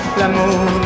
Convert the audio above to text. l'amour